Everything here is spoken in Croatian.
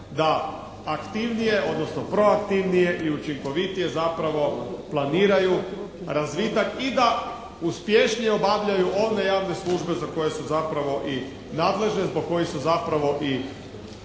da aktivnije, odnosno proaktivnije i učinkovitije zapravo planiraju razvitak i da uspješnije obavljaju one javne službe za koje su zapravo i nadležne, zbog kojih su zapravo i